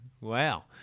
Wow